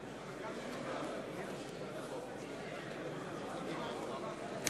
מצביע חבר הכנסת ברוורמן צריך להיות ב-20:00 במקום שהודיע לי בתפקידו